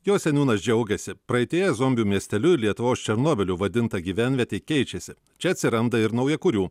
jo seniūnas džiaugiasi praeityje zombių miesteliu lietuvos černobiliu vadinta gyvenvietė keičiasi čia atsiranda ir naujakurių